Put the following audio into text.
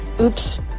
Oops